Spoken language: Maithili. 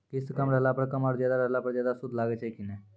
किस्त कम रहला पर कम और ज्यादा रहला पर ज्यादा सूद लागै छै कि नैय?